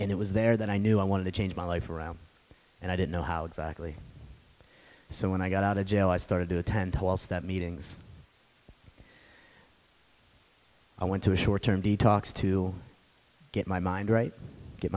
and it was there that i knew i wanted to change my life around and i didn't know how exactly so when i got out of jail i started to attend was that meetings i went to a short term detox to get my mind right get